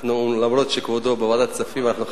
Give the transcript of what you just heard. אף-על-פי שכבודו בוועדת הכספים ואנחנו חברים,